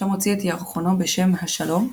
שם הוציא את ירחונו בשם "השלום",